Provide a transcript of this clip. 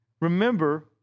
remember